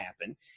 happen